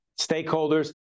stakeholders